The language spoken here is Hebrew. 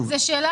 לי להשלים משפט.